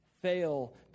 fail